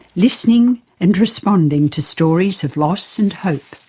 listening and responding to stories of loss and hope.